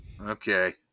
Okay